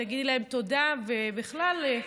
תגידי להם תודה, ובכלל.